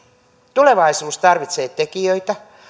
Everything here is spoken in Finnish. tulevaisuus tarvitsee tekijöitä